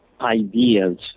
ideas